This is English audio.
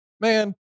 man